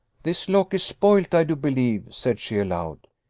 this lock is spoilt, i do believe, said she aloud.